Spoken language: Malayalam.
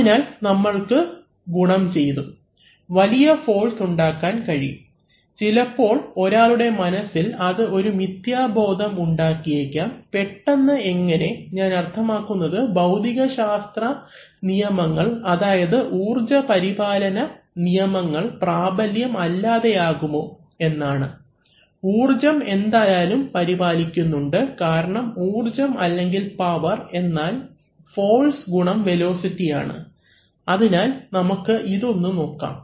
അതിനാൽ നമ്മൾക്ക് ഗുണം ചെയ്തു വലിയ ഫോഴ്സ് ഉണ്ടാക്കാൻ കഴിയും ചിലപ്പോൾ ഒരാളുടെ മനസ്സിൽ അത് ഒരു മിഥ്യാബോധം ഉണ്ടാക്കിയേക്കാം പെട്ടെന്ന് എങ്ങനെ ഞാൻ അർത്ഥമാക്കുന്നത് ഭൌതിക ശാസ്ത്ര നിയമങ്ങൾ അതായത് ഊർജപരിപാലന നിയമങ്ങൾ പ്രാബല്യം അല്ലാതെ ആകുമോ എന്നാണ് ഊർജ്ജം എന്തായാലും പരിപാലിക്കുന്നുണ്ട് കാരണം ഊർജ്ജം അല്ലെങ്കിൽ പവർ എന്നാൽ ഫോഴ്സ് ഗുണം വെലോസിറ്റി ആണ് അതിനാൽ നമ്മൾക്ക് ഇതൊന്നു നോക്കാം